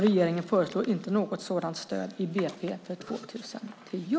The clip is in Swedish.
Regeringen föreslår inte något sådant stöd i budgetpropositionen för 2010.